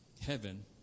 heaven